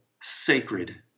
sacred